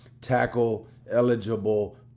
tackle-eligible